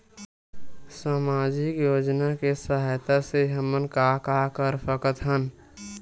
सामजिक योजना के सहायता से हमन का का कर सकत हन?